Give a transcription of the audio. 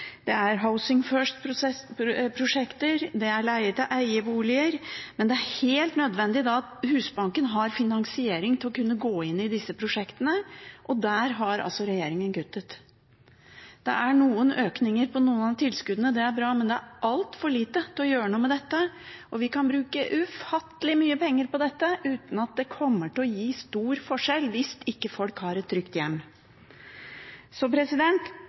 Det er Housing First-prosjekter, det er leie-til-eie-boliger, men det er helt nødvendig at Husbanken har finansiering til å kunne gå inn i disse prosjektene, og der har regjeringen kuttet. Det er noen økninger på noen av tilskuddene, det er bra, men det er altfor lite til å gjøre noe med dette, og vi kan bruke ufattelig mye penger på dette uten at det kommer til å gjøre stor forskjell hvis ikke folk har et trygt